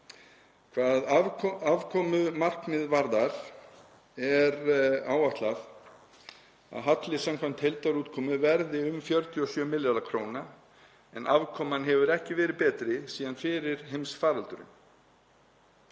Hvað afkomumarkmið varðar er áætlað að halli samkvæmt heildarútkomu verði um 47 milljarðar kr. en afkoman hefur ekki verið betri síðan fyrir heimsfaraldurinn.